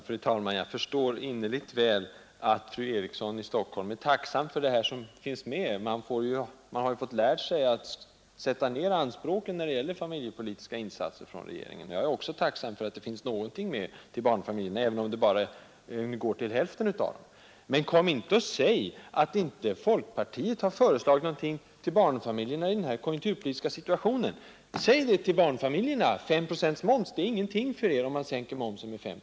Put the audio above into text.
Fru talman! Jag förstår så innerligt väl att fru Eriksson i Stockholm är tacksam för vad som finns med i regeringens paket. Man har ju fått lära sig att sänka anspråken när det gäller familjepolitiska insatser från regeringen. Jag är också tacksam för att det finns någonting med till barnfamiljerna, även om det bara går till hälften av familjerna. Men kom inte och säg, att inte folkpartiet har föreslagit någonting till barnfamiljerna i den här konjunkturpolitiska situationen. Säg det till barnfamiljerna! ”Om man sänker momsen med 5 procent, så betyder det ingenting för er!